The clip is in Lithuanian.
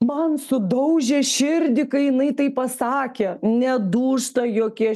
man sudaužė širdį kai jinai tai pasakė nedūžta jokia